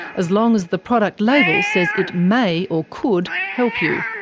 as long as the product label says it may or could help you.